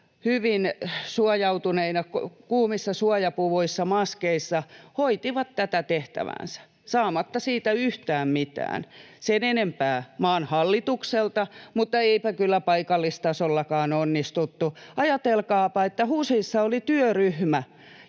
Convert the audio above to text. hyvin suojautuneina, kuumissa suojapuvuissa, maskeissa hoitivat tätä tehtäväänsä saamatta siitä yhtään mitään sen enempää maan hallitukselta, kuin eipä kyllä paikallistasollakaan onnistuttu. Ajatelkaapa, että HUSissa oli työryhmä,